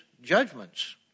judgments